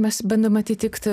mes bandom atitikt